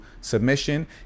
submission